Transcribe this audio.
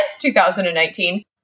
2019